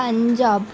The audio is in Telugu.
పంజాబ్